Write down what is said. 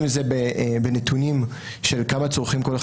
אם זה בנתונים של כמה צורכים כל אחד